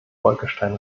bolkestein